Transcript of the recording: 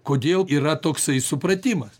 kodėl yra toksai supratimas